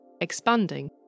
expanding